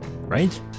right